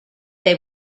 they